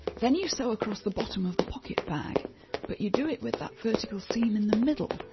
then you sew across the bottom of the pocket bag but you do it with that vertical seam in the middle.